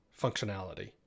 functionality